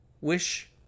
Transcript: wish